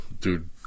dude